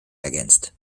ergänzt